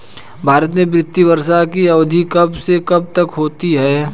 भारत में वित्तीय वर्ष की अवधि कब से कब तक होती है?